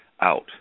out